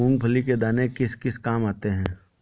मूंगफली के दाने किस किस काम आते हैं?